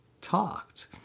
talked